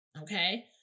okay